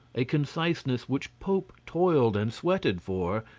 a conciseness which pope toiled and sweated for,